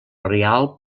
rialb